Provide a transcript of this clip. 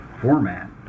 format